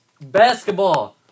Basketball